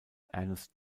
ernest